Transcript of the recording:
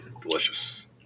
Delicious